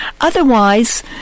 Otherwise